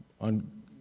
On